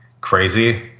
crazy